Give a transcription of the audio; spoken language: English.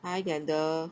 hi glenda